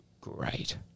great